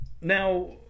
Now